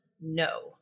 No